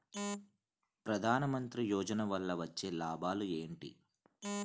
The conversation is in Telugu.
ప్రధాన మంత్రి యోజన వల్ల వచ్చే లాభాలు ఎంటి?